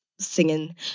singing